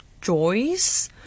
Joyce